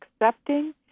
accepting